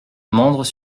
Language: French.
mandres